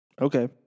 Okay